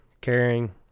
caring